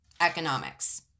economics